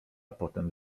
potem